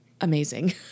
amazing